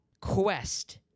quest